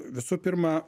visų pirma